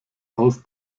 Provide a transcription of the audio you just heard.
aus